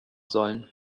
sollen